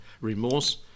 remorse